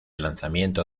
lanzamiento